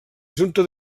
junta